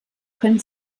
können